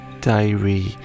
diary